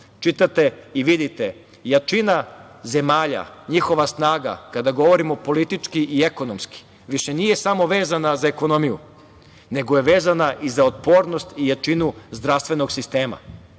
čitate i vidite, jačina zemalja, njihova snaga, kada govorimo politički i ekonomski, više nije samo vezana za ekonomiju, nego i za otpornost i za jačinu zdravstvenog sistema.